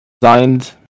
designed